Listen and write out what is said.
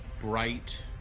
bright